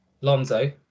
Lonzo